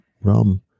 rum